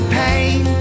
pain